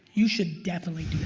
you should definitely